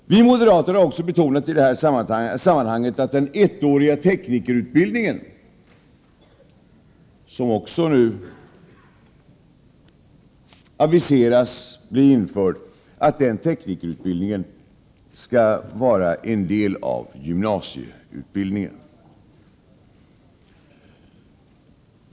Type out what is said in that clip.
Vi moderater har också betonat att den ettåriga teknikerutbildningen, som nu aviseras bli införd, skall vara en del av gymnasieutbildningen.